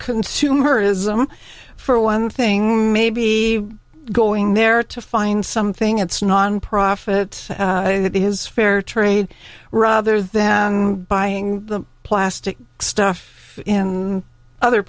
consumerism for one thing may be going there to find something it's nonprofit that is fair trade rather than buying the plastic stuff in other